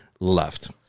Left